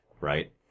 right